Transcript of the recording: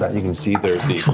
you can see there's the